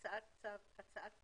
"הצעת צו", "הצעת תקנות".